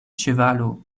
ĉevalo